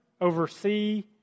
oversee